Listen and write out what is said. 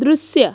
दृश्य